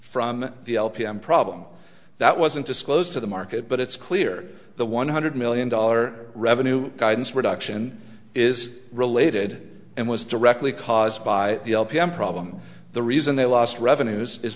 from the l p m problem that wasn't disclosed to the market but it's clear the one hundred million dollar revenue guidance reduction is related and was directly caused by the l p m problem the reason they lost revenues is